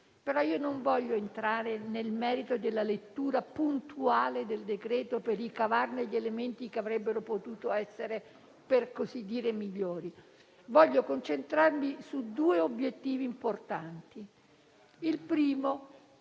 Non voglio entrare nel merito della lettura puntuale del decreto-legge per ricavarne gli elementi che avrebbero potuto essere per così dire migliori. Voglio concentrarmi su due obiettivi importanti, il primo